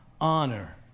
honor